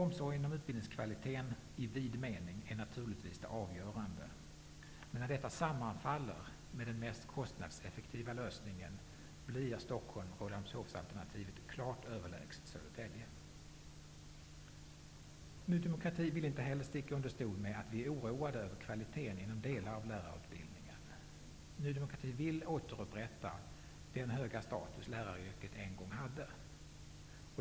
Omsorgen om utbildningskvaliteten i vid mening är naturligtvis det avgörande, men när detta sammanfaller med den mest kostnadseffektiva lösningen blir Stockholm--Rålambshovalternativet klart överlägset Södertälje. Ny demokrati vill heller inte sticka under stol med att vi är oroade över kvaliteten inom delar av lärarutbildningen. Ny demokrati vill återupprätta den höga status läraryrket en gång hade.